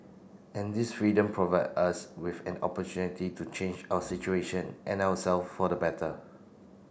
and this freedom provide us with an opportunity to change our situation and our self for the better